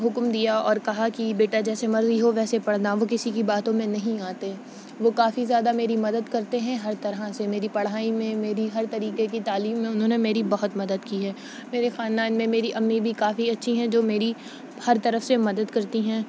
حکم دیا اور کہا کہ بیٹا جیسے مرضی ہو ویسے پڑھنا وہ کسی کی باتوں میں نہیں آتے وہ کافی زیادہ میری مدد کرتے ہیں ہر طرح سے میری پڑھائی میں میری ہر طریقے کی تعلیم میں انہوں نے میری بہت مدد کی ہے میرے خاندان میری امی بھی کافی اچھی ہیں جو میری ہر طرف سے مدد کرتی ہیں